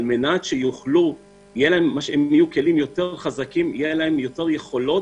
על מנת שיהיו להם כלים יותר חזקים ויהיו להם יותר יכולות,